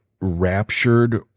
raptured